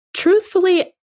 Truthfully